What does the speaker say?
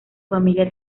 familia